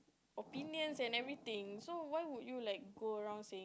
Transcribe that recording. opinions and everything so why would like go around say